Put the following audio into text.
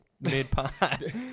mid-pod